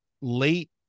late